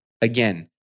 Again